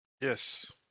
Yes